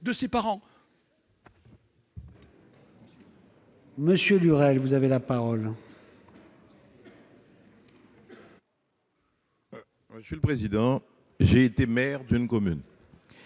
de ses parents.